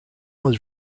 was